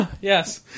Yes